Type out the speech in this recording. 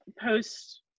post